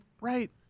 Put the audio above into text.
right